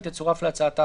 היא תצורף להצעת ההחלטה.